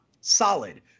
solid